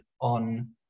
on